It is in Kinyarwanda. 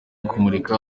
kumurika